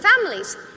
families